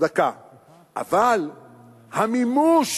אבל המימוש